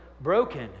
broken